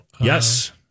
Yes